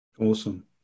Awesome